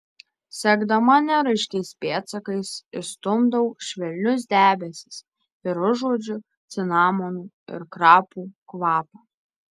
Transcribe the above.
sekdama neraiškiais pėdsakais išstumdau švelnius debesis ir užuodžiu cinamonų ir krapų kvapą